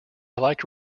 like